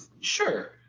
sure